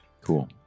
Cool